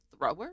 thrower